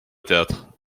théâtre